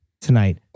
Tonight